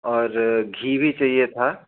और घी भी चाहिए था